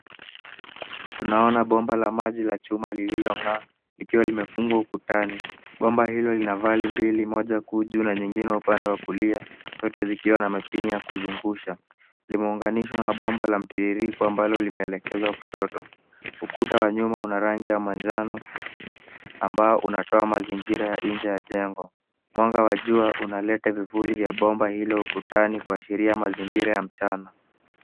Tunaona bomba la maji la chuma lililong'aa likiwa limefungwa ukutani. Bomba hilo lina vali mbili; moja kuu juu na lingine upande wa kulia; yote yakiwa na mapini za kuzungusha. Limeunganishwa na bomba la mtiririko ambalo limeelekezwa kushoto. Ukuta wa nyuma una rangi ya manjano ambao unatoa mazingira ya nje ya jengo. Mwanga wa jua unalete vivuli vya bomba hilo ukutani, kuashiria mazingira ya mchana.